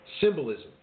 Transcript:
symbolism